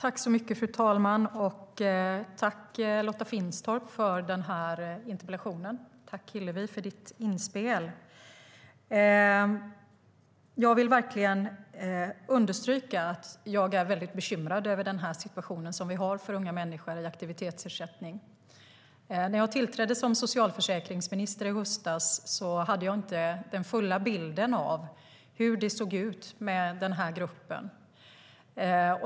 Fru talman! Tack, Lotta Finstorp, för interpellationen, och tack, Hillevi, för ditt inspel! Jag vill verkligen understryka att jag är väldigt bekymrad över den situation vi har för unga människor i aktivitetsersättning. När jag tillträdde som socialförsäkringsminister i höstas hade jag inte den fulla bilden av hur det såg ut med den gruppen.